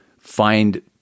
find